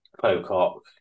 Pocock